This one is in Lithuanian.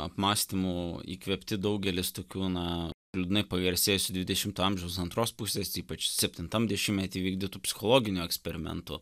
apmąstymų įkvėpti daugelis tokių na liūdnai pagarsėjusių dvidešimto amžiaus antros pusės ypač septintam dešimtmety įvykdytų psichologinių eksperimentų